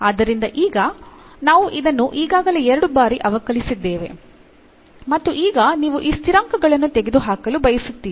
ಆದ್ದರಿಂದ ಈಗ ನಾವು ಇದನ್ನು ಈಗಾಗಲೇ ಎರಡು ಬಾರಿ ಅವಕಲಿಸಿದ್ದೇವೆ ಮತ್ತು ಈಗ ನೀವು ಈ ಸ್ಥಿರಾಂಕಗಳನ್ನು ತೆಗೆದುಹಾಕಲು ಬಯಸುತ್ತೀರಿ